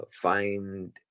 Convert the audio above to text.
find